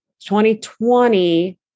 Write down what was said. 2020